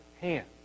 hand